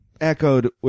echoed